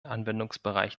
anwendungsbereich